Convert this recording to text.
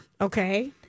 okay